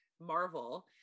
marvel